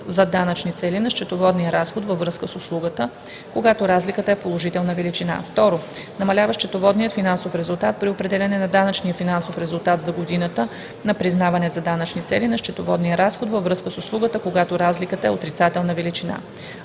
за данъчни цели на счетоводния разход във връзка с услугата, когато разликата е положителна величина; 2. намалява счетоводния финансов резултат при определяне на данъчния финансов резултат за годината на признаване за данъчни цели на счетоводния разход във връзка с услугата, когато разликата е отрицателна величина.